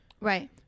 Right